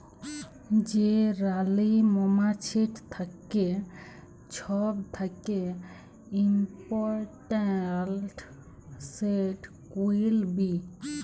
যে রালী মমাছিট থ্যাকে ছব থ্যাকে ইমপরট্যাল্ট, সেট কুইল বী